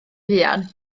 buan